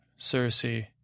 Cersei